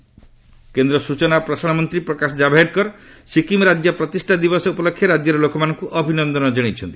ଜାଭଡେକର ସିକିମ୍ କେନ୍ଦ୍ର ସୂଚନା ଓ ପ୍ରସାରଣ ମନ୍ତ୍ରୀ ପ୍ରକାଶ ଜାଭଡେକର ସିକ୍କିମ୍ ରାଜ୍ୟ ପ୍ରତିଷ୍ଠା ଦିବସ ଉପଲକ୍ଷେ ରାଜ୍ୟର ଲୋକମାନଙ୍କୁ ଅଭିନନ୍ଦନ ଜଣାଇଛନ୍ତି